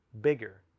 bigger